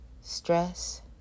stress